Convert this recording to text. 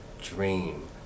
dream